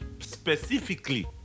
specifically